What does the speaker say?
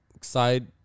side